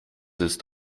ist